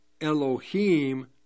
Elohim